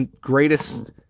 greatest